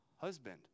husband